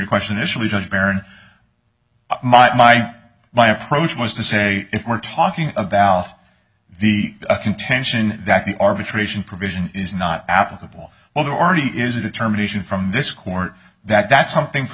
question is really just baron my my approach was to say if we're talking about the contention that the arbitration provision is not applicable well there already is a term addition from this court that that's something for